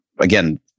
again